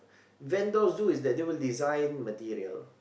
vendors do is that they will design material